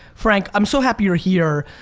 frank, i'm so happy you're here.